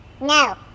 No